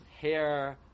Hair